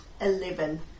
Eleven